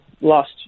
lost